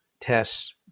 tests